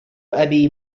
أبي